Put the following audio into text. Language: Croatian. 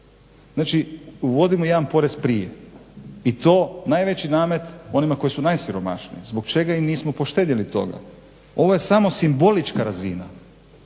Znači uvodimo jedan porez prije, i to najveći namet onima koji su najsiromašniji, zbog čega ih nismo poštedjeli toga. Ovo je samo simbolička razina,